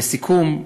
לסיכום: